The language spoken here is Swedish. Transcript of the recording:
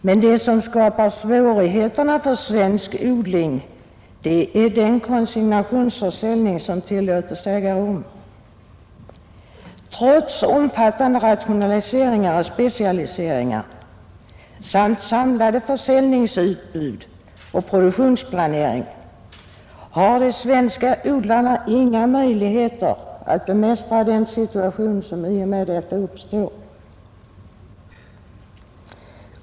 Men det som skapar svårigheterna för svensk odling är den konsignationsförsäljning som tillåts äga rum. Trots omfattande rationaliseringar och specialiseringar samt samlade försäljningsutbud och produktionsplanering har de svenska odlarna inga möjligheter att bemästra den situation som i och med detta uppstår.